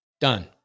Done